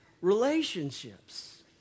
relationships